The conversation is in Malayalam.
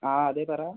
ആ അതെ പറ